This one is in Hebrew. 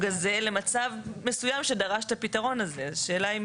הזה למצב מסוים שדרש את הפתרון הזה אז השאלה אם